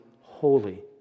holy